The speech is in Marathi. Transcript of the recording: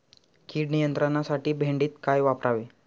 कीड नियंत्रणासाठी भेंडीत काय वापरावे?